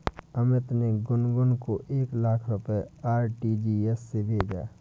अमित ने गुनगुन को एक लाख रुपए आर.टी.जी.एस से भेजा